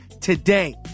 today